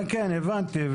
כן, הבנתי.